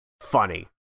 funny